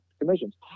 commissions